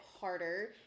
harder